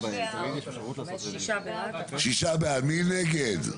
מי נגד?